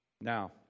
Now